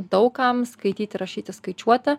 daug kam skaityti rašyti skaičiuoti